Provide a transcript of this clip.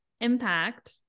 impact